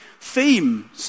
theme